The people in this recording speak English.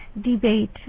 debate